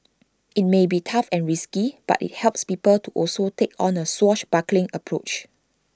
IT may be tough and risky but IT helps people to also take on A swashbuckling approach